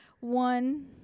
one